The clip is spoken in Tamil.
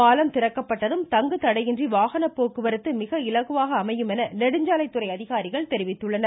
பாலம் திறக்கப்பட்டதும் தங்குதடையின்றி வாகனப்போக்குவரத்து மிக இலகுவாக அமையும் என நெடுஞ்சாலைத்துறை அதிகாரிகள் தெரிவித்துள்ளனர்